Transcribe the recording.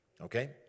okay